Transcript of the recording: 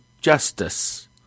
Justice